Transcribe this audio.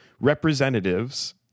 representatives